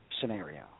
scenario